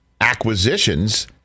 acquisitions